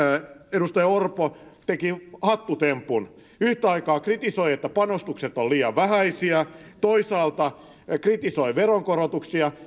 edustaja orpo teki hattutempun yhtä aikaa kritisoi että panostukset ovat liian vähäisiä toisaalta kritisoi veronkorotuksia